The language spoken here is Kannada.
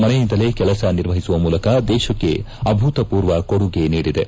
ಮನೆಯಿಂದಲೇ ಕೆಲಸ ನಿರ್ವಹಿಸುವ ಮೂಲಕ ದೇಶಕ್ಕೆ ಅಭೂತಪೂರ್ವ ಕೊಡುಗೆ ನೀಡಿದೆ